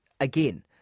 again